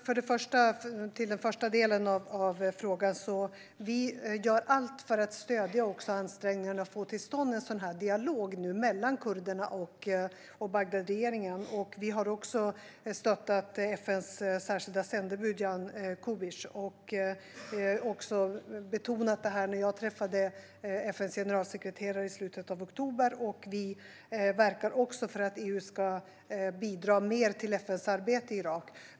Fru talman! När det gäller den första frågan gör vi allt för att stödja ansträngningarna för att få till stånd en dialog mellan kurderna och Bagdadregeringen. Vi har också stöttat FN:s särskilda sändebud Jan Kubis. Jag tog upp detta när jag träffade FN:s generalsekreterare i slutet av oktober. Vi verkar också för att EU ska bidra mer till FN:s arbete i Irak.